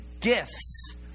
gifts